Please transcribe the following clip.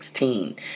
2016